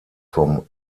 vom